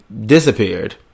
disappeared